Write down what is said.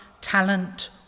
talent